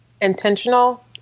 intentional